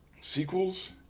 sequels